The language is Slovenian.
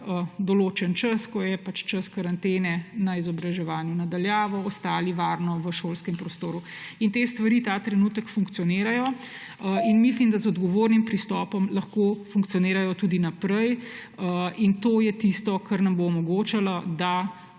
določen čas, ko je pač čas karantene, na izobraževanju na daljavo, ostali varno v šolskem prostoru. Te stvari ta trenutek funkcionirajo in mislim, da z odgovornim pristopom lahko funkcionirajo tudi naprej. To je tisto, kar nam bo omogočalo, da